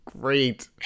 great